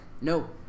No